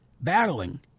battling